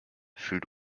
fühlt